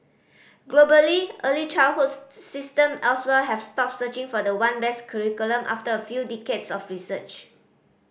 globally early childhood system elsewhere have stopped searching for the one best curriculum after a few decades of research